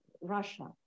Russia